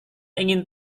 ingin